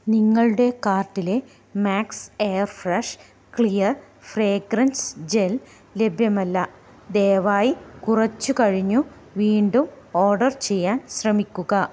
നിങ്ങളുടെ കാർട്ടിലെ max air fresh clear fragrance gel ലഭ്യമല്ല ദയവായി കുറച്ചുകഴിഞ്ഞു വീണ്ടും ഓർഡർ ചെയ്യാൻ ശ്രമിക്കുക